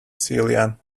celia